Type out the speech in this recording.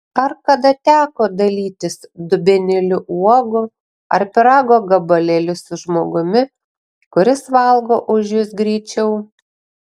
ar kada teko dalytis dubenėliu uogų ar pyrago gabalėliu su žmogumi kuris valgo už jus greičiau